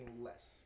less